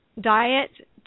diet